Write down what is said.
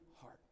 heart